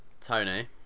Tony